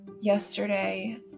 yesterday